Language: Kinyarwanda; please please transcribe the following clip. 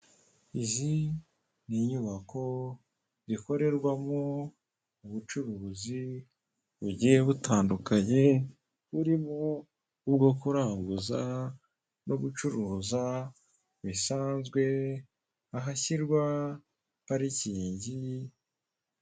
Abantu bari mu ihema bicaye bari mu nama, na none hari abandi bahagaze iruhande rw'ihema bari kumwe n'abashinzwe umutekano mo hagati hari umugabo uri kuvuga ijambo ufite mikoro mu ntoki.